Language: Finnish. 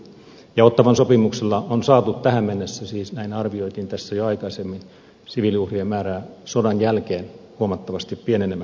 ottawan sopimuksella on saatu tähän mennessä siis näin arvioitiin tässä jo aikaisemmin siviiliuhrien määrää sodan jälkeen huomattavasti pienenemään